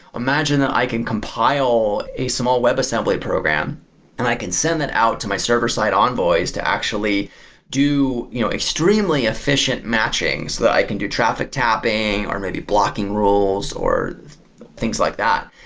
imagine that i can compile a small web assembly program and i can send that out to my server-side envoys to actually do you extremely efficient matchings so that i can do traffic tapping or maybe blocking rules or things like that.